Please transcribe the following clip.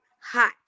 hot